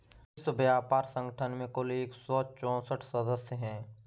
विश्व व्यापार संगठन में कुल एक सौ चौसठ सदस्य हैं